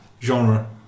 genre